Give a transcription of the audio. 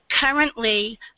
currently